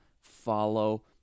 follow